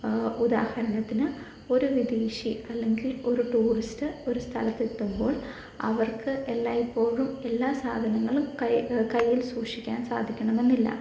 ഉദാഹരണത്തിന് ഒരു വിദേശി അല്ലെങ്കിൽ ഒരു ടൂറിസ്റ്റ് ഒരു സ്ഥലത്ത് എത്തുമ്പോൾ അവർക്ക് എല്ലായിപ്പോഴും എല്ലാ സാധനങ്ങളും കയ്യിൽ സൂക്ഷിക്കാൻ സാധിക്കണമെന്നില്ല